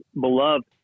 beloved